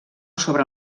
sobre